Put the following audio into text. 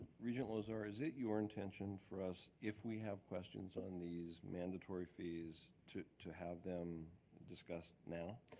regent lozar, is it your intention for us, if we have questions on these mandatory fees, to to have them discussed now?